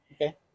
Okay